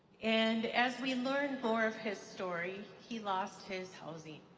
and as we learn more of his story, he lost his housing,